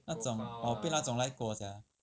那种我被那种 like 过 sia